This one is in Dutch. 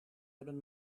hebben